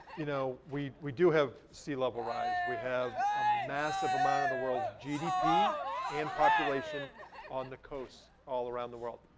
you know we we do have sea level rise. we have a massive amount of the world's gdp and population on the coast all around the world.